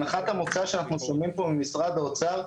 הנחת המוצא שאנחנו שמים פה במשרד האוצר,